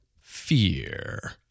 fear